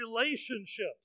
relationships